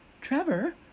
trevor